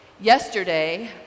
Yesterday